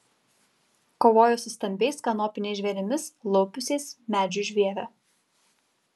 kovojo su stambiais kanopiniais žvėrimis laupiusiais medžių žievę